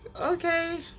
okay